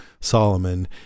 Solomon